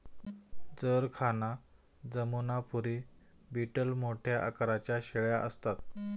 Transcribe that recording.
जरखाना जमुनापरी बीटल मोठ्या आकाराच्या शेळ्या असतात